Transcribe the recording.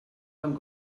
van